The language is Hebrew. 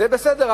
זה בסדר,